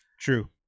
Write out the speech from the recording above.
True